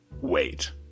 wait